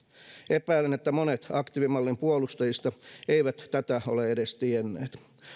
epäilen että monet aktiivimallin puolustajista eivät tätä ole edes tienneet